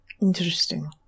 Interesting